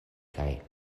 kaj